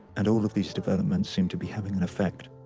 and all of these developments seem to be having an effect.